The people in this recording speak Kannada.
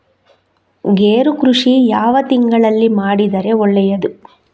ಗೇರು ಕೃಷಿ ಯಾವ ತಿಂಗಳಲ್ಲಿ ಮಾಡಿದರೆ ಒಳ್ಳೆಯದು?